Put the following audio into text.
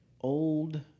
Old